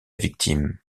victime